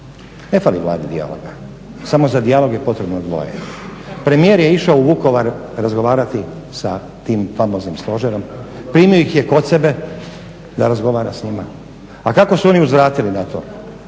Ne fali Vladi dijaloga, samo za dijalog je potrebno dvoje. Premijer je išao u Vukovar razgovarati sa tim famoznim Stožerom. Primio ih je kod sebe da razgovara sa njima, a kako su oni uzvratili na to?